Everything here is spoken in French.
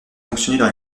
fonctionner